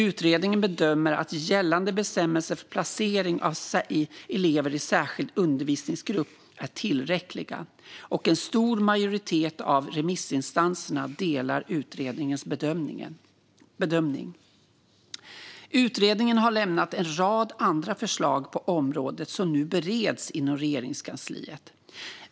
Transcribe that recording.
Utredningen bedömer att gällande bestämmelser för placering av elever i särskild undervisningsgrupp är tillräckliga, och en stor majoritet av remissinstanserna delar utredningens bedömning. Utredningen har lämnat en rad andra förslag på området som nu bereds inom Regeringskansliet.